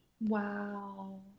Wow